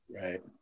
Right